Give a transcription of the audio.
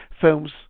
films